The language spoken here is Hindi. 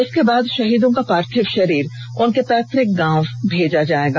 उसके बाद शहीदों का पार्थिव शरीर उनके पैतुक गांव भेजा जाएगा